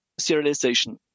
serialization